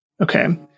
Okay